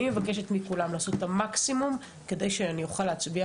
אני מבקשת מכולם לעשות את המקסימום כדי שאני אוכל להצביע